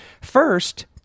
First